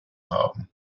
haben